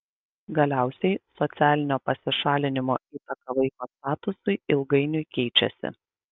galiausiai socialinio pasišalinimo įtaka vaiko statusui ilgainiui keičiasi